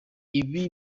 ibi